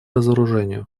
разоружению